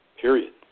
Period